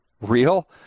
real